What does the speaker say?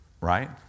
right